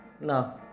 No